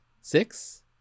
Six